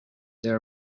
there